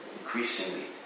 increasingly